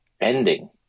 Ending